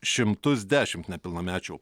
šimtus dešimt nepilnamečių